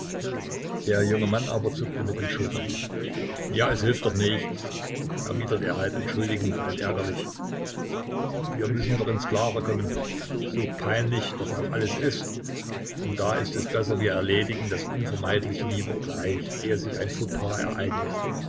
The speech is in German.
der junge mann aber zuckte mit den schultern ja es hilft doch nicht erwiderte er halb entschuldigend halb ärgerlich wir müssen doch ins klare kommen so peinlich das auch alles ist und da ist es besser wir erledigen das unvermeidliche lieber gleich ehe sich ein faux pas ereignet